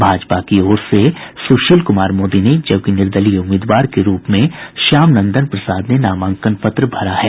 भाजपा की ओर से सुशील कुमार मोदी ने जबकि निर्दलीय उम्मीदवार के रूप में श्याम नंदन प्रसाद ने नामांकन पत्र भरा है